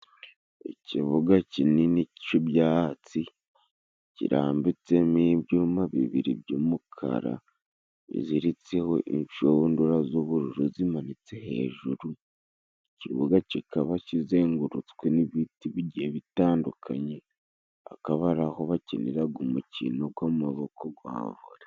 Ikibuga kinini c'ibyatsi kirambitsemo ibyuma bibiri by'umukara, biziritseho inshundura z'ubururu zimanitse hejuru. Ikibuga kikaba kizengurutswe n'ibiti bi bitandukanye, akaba ari aho bakiniraga umukino gw'amaboko gwa vore.